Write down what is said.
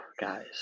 guys